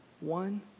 One